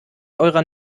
eurer